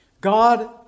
God